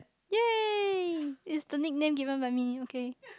ya it's the nickname given by me okay